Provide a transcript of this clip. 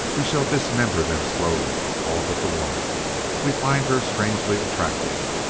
we shall dismember them slowly, all but the woman we find her strangely attractive.